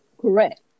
correct